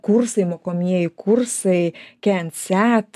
kursai mokomieji kursai cansat